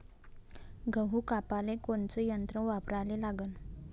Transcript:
गहू कापाले कोनचं यंत्र वापराले लागन?